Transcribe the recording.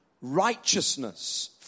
righteousness